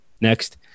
Next